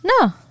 No